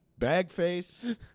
Bagface